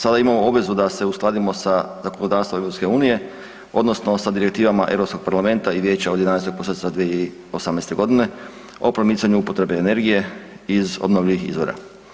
Sada imao obvezu da se uskladimo sa zakonodavstvom EU odnosno sa direktivama Europskog parlamenta i Vijeća od 11.prosinca 2018.g. o promicanju upotrebe energije iz obnovljivih izvora.